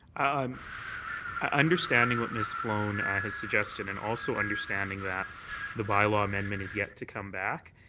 um ah understanding what ms. sloan has suggested and also understanding that the bylaw amendment is yet to come back,